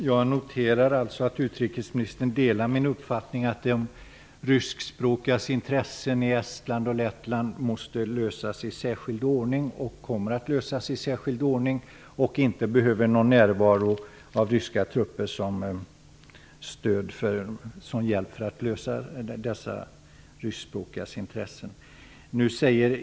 Fru talman! Jag noterar att utrikesministern delar min uppfattning att frågan om de ryskspråkigas intressen i Estland och Lettland måste lösas i särskild ordning, att de kommer att lösas i särskild ordning och att det därför inte behövs någon närvaro av ryska trupper för att dessa frågor skall kunna lösas.